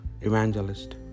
Evangelist